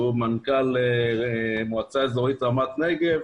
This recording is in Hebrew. מנכ"ל המועצה האזורית רמת נגב,